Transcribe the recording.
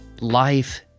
Life